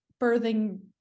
birthing